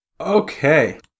Okay